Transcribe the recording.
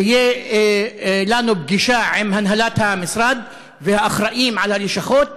תהיה לנו פגישה עם הנהלת המשרד והאחראים ללשכות,